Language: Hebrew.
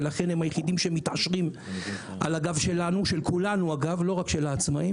ולכן הם היחידים שמתעשרים על הגב של כולנו לא רק של העצמאיים